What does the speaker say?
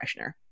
freshener